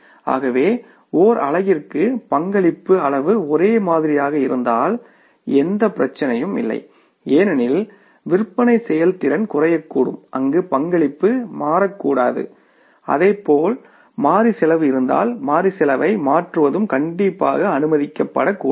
ஆகவே ஒரு அலகிற்கு பங்களிப்பு அளவு ஒரே மாதிரியாக இருந்தால் எந்த பிரச்சனையும் இல்லை ஏனெனில் விற்பனை செயல்திறன் குறையக்கூடும் அங்கு பங்களிப்பு மாறக்கூடாது அதேபோல் மாறி செலவு இருந்தால் மாறி செலவை மாற்றுவதும் கண்டிப்பாக அனுமதிக்கப்படக் கூடாது